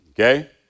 okay